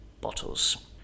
bottles